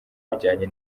bijyanye